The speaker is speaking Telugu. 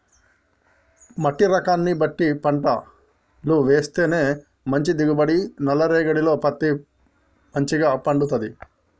మట్టి రకాన్ని బట్టి పంటలు వేస్తేనే మంచి దిగుబడి, నల్ల రేగఢీలో పత్తి మంచిగ పండుతది